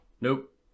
Nope